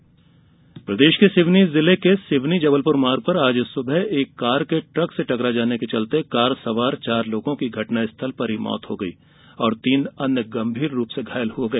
सडक हादसा प्रदेश के सिवनी जिले के सिवनी जबलपुर मार्ग पर आज सुबह एक कार के ट्रक से टकरा जाने के चलते कार सवार चार लोगों की घटना स्थल पर ही मौत हो गयी और तीन अन्य गंभीर रूप से घायल हो गए